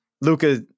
Luca